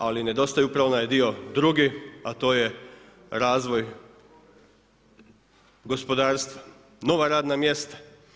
Ali nedostaje upravo onaj dio drugi a to je razvoj gospodarstva, nova radna mjesta.